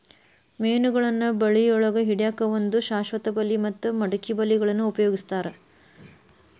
ಮೇನಗಳನ್ನ ಬಳಿಯೊಳಗ ಹಿಡ್ಯಾಕ್ ಒಂದು ಶಾಶ್ವತ ಬಲಿ ಮತ್ತ ಮಡಕಿ ಬಲಿಗಳನ್ನ ಉಪಯೋಗಸ್ತಾರ